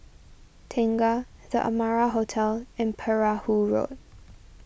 Tengah the Amara Hotel and Perahu Road